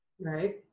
right